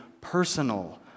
personal